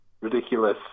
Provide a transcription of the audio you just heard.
ridiculous